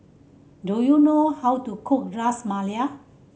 do you know how to cook Ras Malai